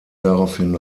daraufhin